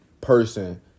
person